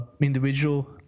Individual